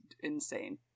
insane